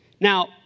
Now